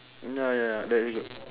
mm ya ya that's good